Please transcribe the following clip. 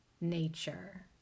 nature